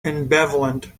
ambivalent